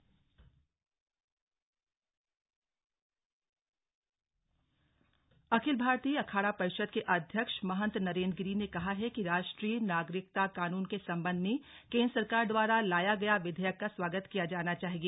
नरेंद्र गिरी अखिल भारतीय अखाड़ा परिषद के अध्यक्ष महंत नरेंद्र गिरी ने कहा है कि राष्ट्रीय नागरिकता कानून के संबंध में केंद्र सरकार द्वारा लाया गया विधयेक का स्वागत किया जाना चाहिए